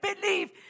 believe